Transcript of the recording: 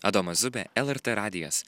adomas zubė lrt radijas